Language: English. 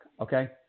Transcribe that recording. Okay